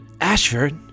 Ashford